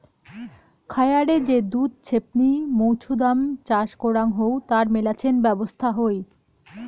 খায়ারে যে দুধ ছেপনি মৌছুদাম চাষ করাং হউ তার মেলাছেন ব্যবছস্থা হই